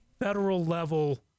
federal-level